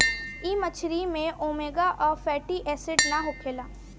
इ मछरी में ओमेगा आ फैटी एसिड ना होखेला